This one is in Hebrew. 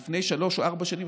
לפני שלוש או ארבע שנים,